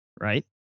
right